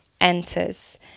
enters